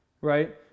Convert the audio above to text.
right